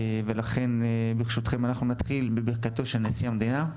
אנחנו נתחיל בברכתו של נשיא המדינה.